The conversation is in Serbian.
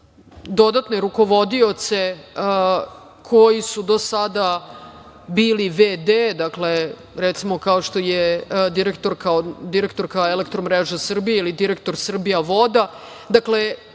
dodatne rukovodioce koji su do sada bili v.d. recimo kao što je direktorka „Elektromreža Srbije“ ili direktor „Srbijavoda“. Dakle,